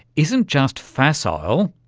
isn't just facile,